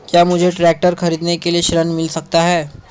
क्या मुझे ट्रैक्टर खरीदने के लिए ऋण मिल सकता है?